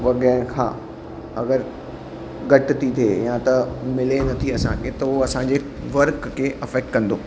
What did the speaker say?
वज़ह खां अगरि घटि थी थिए या त मिले नथी असांखे त हो असांजे वर्क खे अफेक्ट कंदो